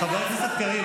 חבר הכנסת קריב,